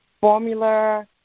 formula